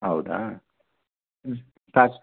ಹೌದಾ ಹ್ಞೂ ಕಾಸು